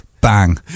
bang